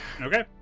okay